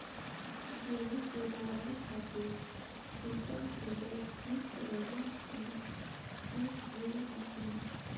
गेहूँ की बोआई खातिर सुपर सीडर ठीक रही की सीड ड्रिल मशीन?